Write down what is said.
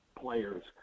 players